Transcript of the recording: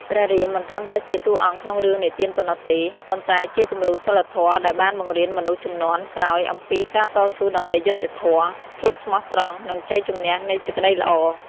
ព្រះរាមមិនត្រឹមតែជាតួអង្គក្នុងរឿងនិទានប៉ុណ្ណោះទេ ប៉ុន្តែជាគំរូសីលធម៌ដែលបានបង្រៀនមនុស្សជំនាន់ក្រោយអំពីការតស៊ូដើម្បីយុត្តិធម៌ ភាពស្មោះត្រង់ និងជ័យជម្នះនៃសេចក្ដីល្អ ។